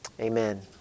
Amen